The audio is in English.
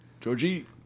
georgie